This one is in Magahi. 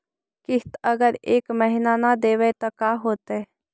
किस्त अगर एक महीना न देबै त का होतै?